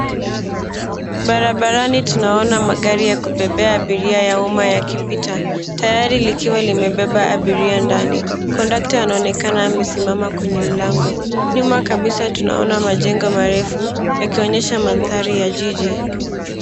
Barabarani tunaona magari ya kubebea abiria ya umma yakipita. Tayari likiwa limebeba abiria ndani, conductor anaonekana amesimama kwenye mlango. Nyuma kabisa tunaona majengo marefu yakionyesha mandhari ya jiji.